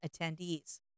attendees